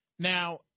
Now